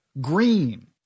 green